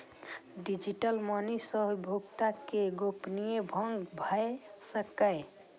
digital money सं उपयोगकर्ता के गोपनीयता भंग भए सकैए